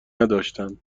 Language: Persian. نداشتند